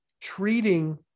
treating